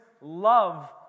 love